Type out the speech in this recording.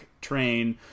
train